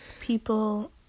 People